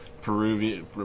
Peruvian